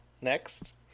next